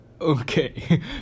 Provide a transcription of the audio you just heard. Okay